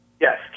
Yes